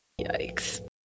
Yikes